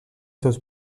seus